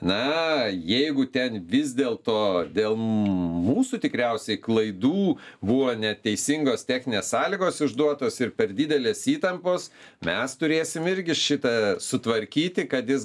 na jeigu ten vis dėlto dėl mūsų tikriausiai klaidų buvo neteisingos techninės sąlygos išduotos ir per didelės įtampos mes turėsim irgi šitą sutvarkyti kad jis